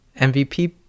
MVP